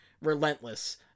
relentless